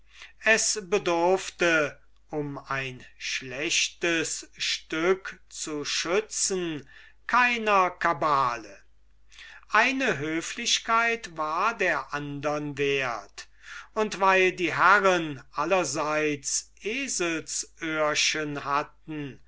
es bedurfte um ein schlechtes stück zu schützen keiner kabale eine höflichkeit war der andern wert und weil die herren allerseits eselsöhrchen hatten